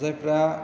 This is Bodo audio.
जायफ्रा